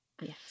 Yes